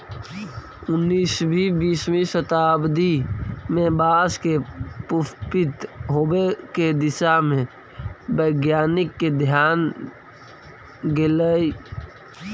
उन्नीसवीं बीसवीं शताब्दी में बाँस के पुष्पित होवे के दिशा में वैज्ञानिक के ध्यान गेलई